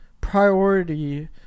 priority